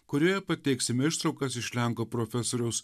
kurioje pateiksim ištraukas iš lenkų profesoriaus